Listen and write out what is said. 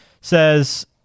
Says